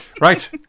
Right